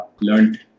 Learned